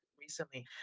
recently